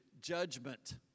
judgment